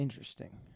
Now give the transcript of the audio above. interesting